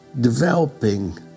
developing